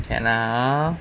can ah